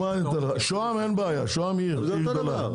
שוהם אין בעיה, עיר גדולה.